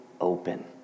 open